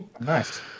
Nice